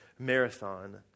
marathon